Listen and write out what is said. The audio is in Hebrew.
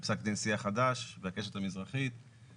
לפי ההצעה הנוכחית של חבר הכנסת יהיה